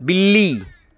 बिल्ली